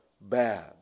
bad